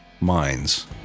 minds